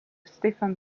stefan